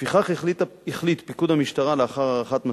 לפיכך החליט פיקוד המשטרה, לאחר הערכת מצב,